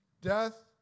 death